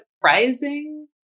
surprising